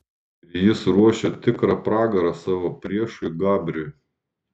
ir jis ruošia tikrą pragarą savo priešui gabriui